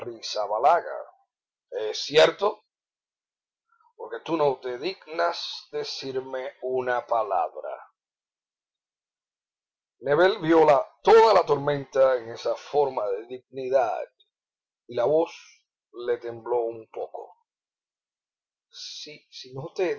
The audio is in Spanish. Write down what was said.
es cierto porque tú no te dignas decirme una palabra nébel vió toda la tormenta en esa forma de dignidad y la voz le tembló un poco si no te